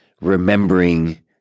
remembering